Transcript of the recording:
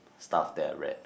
stuff that read